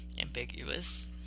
ambiguous